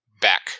back